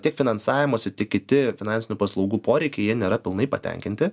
tiek finansavimosi tiek kiti finansinių paslaugų poreikiai jie nėra pilnai patenkinti